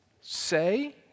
say